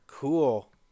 cool